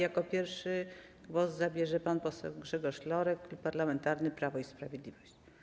Jako pierwszy głos zabierze pan poseł Grzegorz Lorek, Klub Parlamentarny Prawo i Sprawiedliwość.